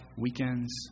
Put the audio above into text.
weekends